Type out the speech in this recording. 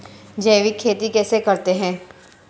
जैविक खेती कैसे करते हैं?